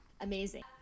amazing